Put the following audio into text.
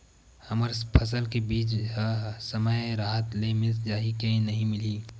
हमर फसल के बीज ह समय राहत ले मिल जाही के नी मिलही?